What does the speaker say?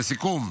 לסיכום,